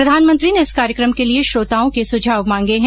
प्रधानमंत्री ने इस कार्यक्रम के लिए श्रोताओं के सुझाव मांगे हैं